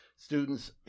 Students